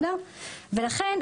לכן,